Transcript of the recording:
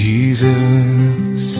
Jesus